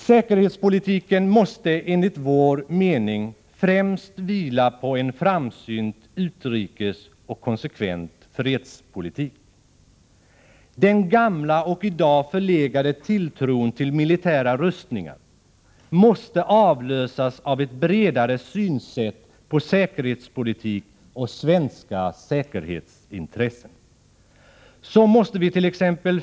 Säkerhetspolitiken måste, enligt vår mening, främst vila på en framsynt utrikesoch en konsekvent fredspolitik. Den gamla och i dag förlegade tilltron till militära rustningar måste avlösas av ett bredare synsätt på säkerhetspolitik och svenska säkerhetsintressen. Så måste vit.ex.